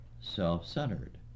self-centered